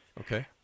Okay